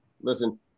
listen